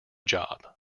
job